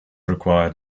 required